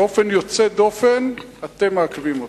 באופן יוצא דופן, אתם מעכבים אותם.